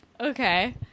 Okay